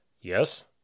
yes